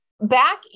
Back